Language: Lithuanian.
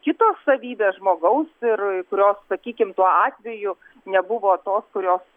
kitos savybės žmogaus ir kurios sakykim tuo atveju nebuvo tos kurios